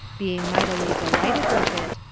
being mightily delighted with it,